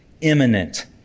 imminent